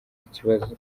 ikibazo